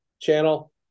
channel